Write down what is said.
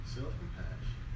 Self-compassion